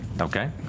Okay